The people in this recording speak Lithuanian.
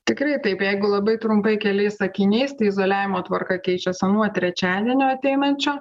tikrai taip jeigu labai trumpai keliais sakiniais tai izoliavimo tvarka keičiasi nuo trečiadienio ateinančio